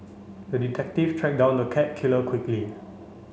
the detective track down the cat killer quickly